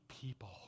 people